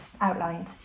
outlined